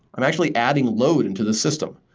i'm actually adding load into the system,